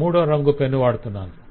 మూడో రంగు పెన్ వాడుతున్నాను దీనికి